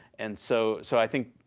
and so so i think